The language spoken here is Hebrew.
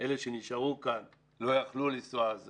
שנשארו כאן לא יכלו לנסוע, אז